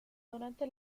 durante